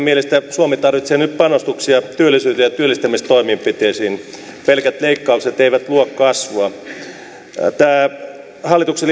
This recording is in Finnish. mielestä suomi tarvitsee nyt panostuksia työllisyyteen ja työllistämistoimenpiteisiin pelkät leikkaukset eivät luo kasvua tämä hallituksen